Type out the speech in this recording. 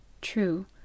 True